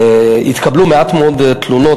התקבלו מעט מאוד תלונות,